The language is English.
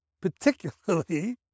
particularly